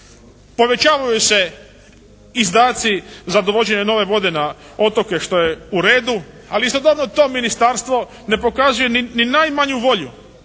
Povećavaju se izdaci za dovođenje nove vode na otoke što je u redu, ali istodobno to ministarstvo ne pokazuje ni najmanju volju,